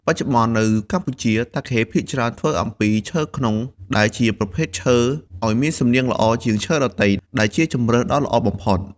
បច្ចុប្បន្ននៅកម្ពុជា តាខេភាគច្រើនធ្វើអំពីឈើខ្នុរ ដែលជាប្រភេទឈើឲ្យសំនៀងល្អជាងឈើដទៃ ដែលជាជម្រើសដ៏ល្អបំផុត។